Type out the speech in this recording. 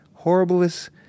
horriblest